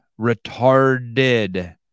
retarded